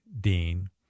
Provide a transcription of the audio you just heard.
Dean